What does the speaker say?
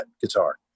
guitar